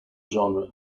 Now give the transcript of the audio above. genre